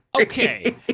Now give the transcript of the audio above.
okay